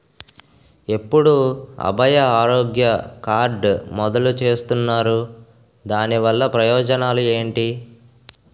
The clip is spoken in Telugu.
ఎప్పుడు అభయ ఆరోగ్య కార్డ్ మొదలు చేస్తున్నారు? దాని వల్ల ప్రయోజనాలు ఎంటి?